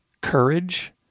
courage